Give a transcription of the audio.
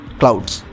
clouds